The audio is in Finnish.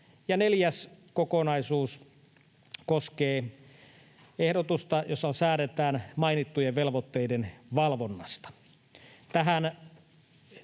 neljäs kokonaisuus koskee ehdotusta, jossa säädetään mainittujen velvoitteiden valvonnasta.